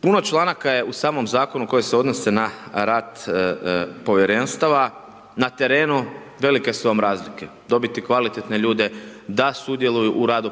Puno članaka je u samom Zakonu koje se odnose na rad Povjerenstava. Na terenu, velike su vam razlike. Dobiti kvalitetne ljude da sudjeluju u radu